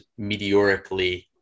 meteorically